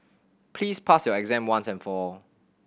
please pass your exam once and for all